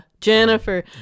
Jennifer